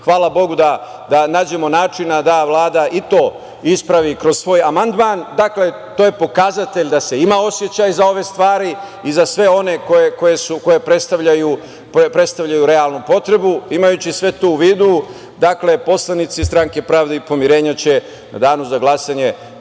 hvala bogu, da nađemo načina da Vlada i to ispravi kroz svoj amandman. Dakle, to je pokazatelj da se ima osećaj za ove stvari i za sve one koje predstavljaju realnu potrebu. Imajući sve to u vidu, poslanici Stranke pravde i pomirenja će u danu za glasanje